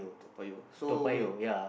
Toa-Payoh so wait